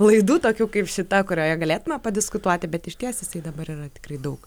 laidų tokių kaip šita kurioje galėtume padiskutuoti bet išties jisai dabar yra tikrai daug